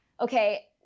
okay